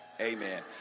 amen